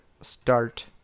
start